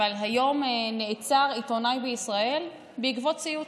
אבל היום נעצר עיתונאי בישראל בעקבות ציוץ.